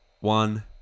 one